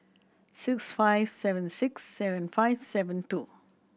six five seven six seven five seven two